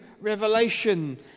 revelation